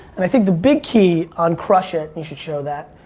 and i think the big key on crush it, you should show that,